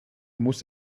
muss